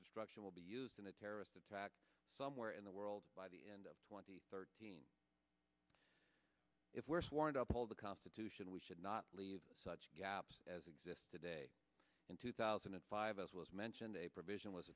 destruction will be used in a terrorist attack somewhere in the world by the end of twenty thirteen if we're sworn to uphold the constitution we should not leave such gaps as exists today in two thousand and five as was mentioned a provision was